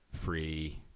free